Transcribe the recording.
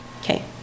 okay